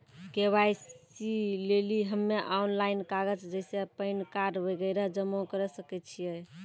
KYC लेली हम्मय online कागज जैसे पैन कार्ड वगैरह जमा करें सके छियै?